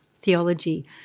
theology